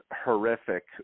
horrific